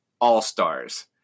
All-Stars